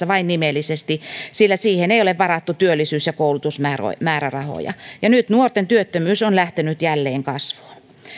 vain nimellisesti sillä siihen ei ole varattu työllisyys ja koulutusmäärärahoja nyt nuorten työttömyys on lähtenyt jälleen kasvuun